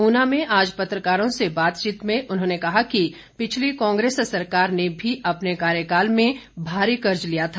ऊना में आज पत्रकारों से बातचीत में उन्होंने कहा कि पिछली कांग्रेस सरकार ने भी अपने कार्यकाल में भारी कर्ज लिया था